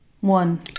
One